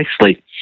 nicely